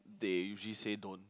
they usually say don't